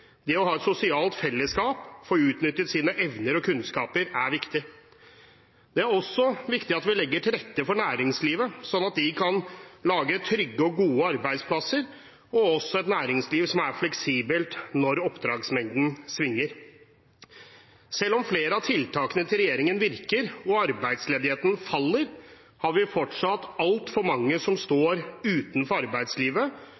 det å ha et sosialt fellesskap og det å få utnyttet sine evner og kunnskaper er viktig. Det er også viktig at vi legger til rette for næringslivet, sånn at de kan lage trygge og gode arbeidsplasser, og også har et næringsliv som er fleksibelt når oppdragsmengden svinger. Selv om flere av tiltakene til regjeringen virker, og arbeidsledigheten faller, har vi fortsatt altfor mange som